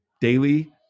daily